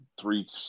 three